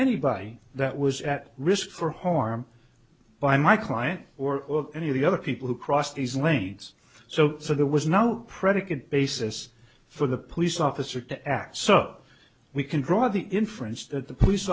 anybody that was at risk for harm by my client or any of the other people who crossed these lanes so there was no predicate basis for the police officer to act so we can draw the inference that the police